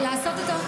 זה מה שהיא אמרה.